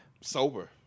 sober